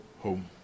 home